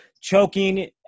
choking